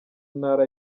ntara